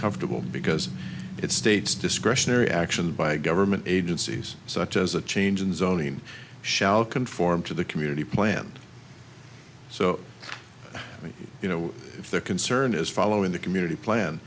comfortable because it states discretionary actions by government agencies such as a change in zoning shall conform to the community planned so you know if their concern is following the community plan